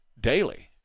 daily